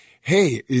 hey